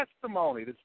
testimony